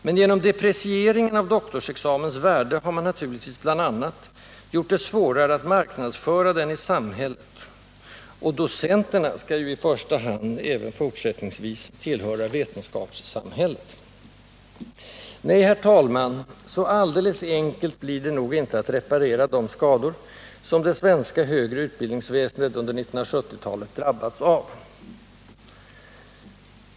Men genom deprecieringen av doktorsexamens värde har man naturligtvis, bl.a., gjort det svårare att marknadsföra den i samhället. Och docenterna skall ju i första hand även fortsättningsvis tillhöra vetenskapssamhället. Nej, herr talman, så alldeles enkelt blir det nog inte att reparera de skador som det svenska högre utbildningsväsendet under 1970-talet drabbats av.